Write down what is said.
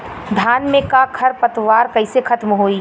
धान में क खर पतवार कईसे खत्म होई?